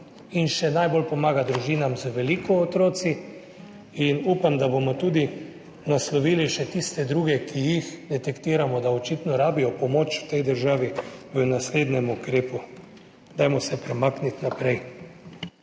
še najbolj pomaga družinam z veliko otroki. Upam, da bomo naslovili tudi še tiste druge, ki jih detektiramo, da očitno rabijo pomoč v tej državi, v naslednjem ukrepu. Dajmo se premakniti naprej.